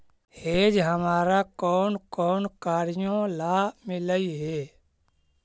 hedge हमारा कौन कौन कार्यों ला मिलई हे